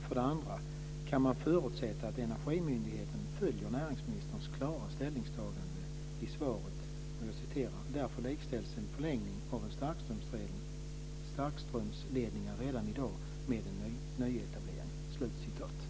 För det andra: Kan man förutsätta att Energimyndigheten följer näringsministerns klara ställningstagande i svaret: "därför likställs en förlängning av en starkströmsledning redan i dag med en nyetablering"?